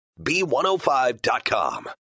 B105.com